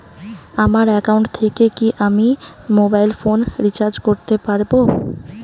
আমার একাউন্ট থেকে কি আমি মোবাইল ফোন রিসার্চ করতে পারবো?